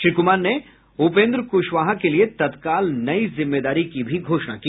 श्री कुमार ने उपेन्द्र कुशवाहा के लिए तत्काल नई जिम्मेदारी की भी घोषणा की